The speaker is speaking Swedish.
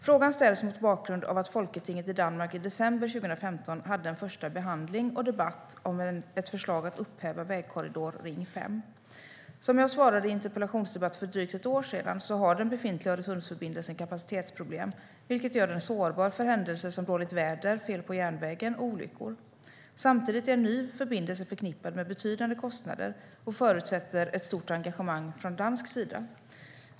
Frågorna ställs mot bakgrund av att folketinget i Danmark i december 2015 hade en första behandling och debatt om ett förslag om att upphäva vägkorridoren Ring 5. Som jag svarade i en interpellationsdebatt för drygt ett år sedan har den befintliga Öresundsförbindelsen kapacitetsproblem, vilket gör den sårbar för händelser som dåligt väder, fel på järnvägen och olyckor. Samtidigt är en ny förbindelse förknippad med betydande kostnader och förutsätter ett stort engagemang från dansk sida.